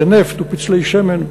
ונפט ופצלי-שמן,